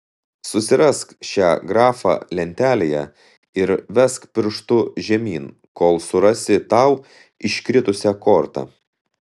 susirask šią grafą lentelėje ir vesk pirštu žemyn kol surasi tau iškritusią kortą